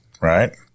right